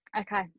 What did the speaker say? Okay